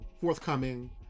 forthcoming